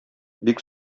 бик